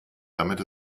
damit